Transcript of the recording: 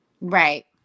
Right